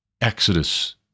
Exodus